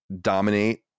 dominate